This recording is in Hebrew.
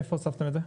איפה הוספתם את זה?